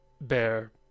bear